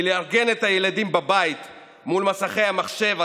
כי לארגן את הילדים בבית מול מסכי המחשב,